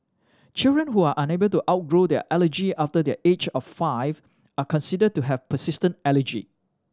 children who are unable to outgrow their allergy after the age of five are considered to have persistent allergy